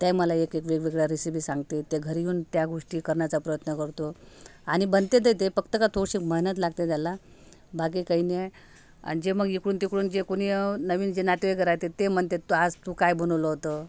त्या मला एकएक वेगवेगळ्या रेसिपी सांगतेत त्या घरी येऊन त्या गोष्टी करण्याचा प्रयत्न करतो आणि बनते ते फक्त का थोडीशी मेहनत लागते त्याला बाकी काही नाही आणि जे मग इकडून तिकडून जे कोणी नवीन जे नातेवाईक राहातात ते म्हणतात तू आज तू काय बनवलं होतं